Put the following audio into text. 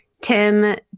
Tim